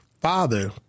father